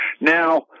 Now